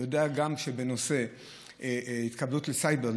יודע גם שההתקבלות לסייבר,